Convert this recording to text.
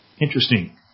interesting